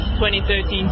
2013